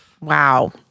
Wow